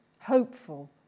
hopeful